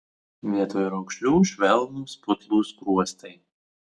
vietoj raukšlių švelnūs putlūs skruostai